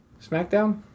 SmackDown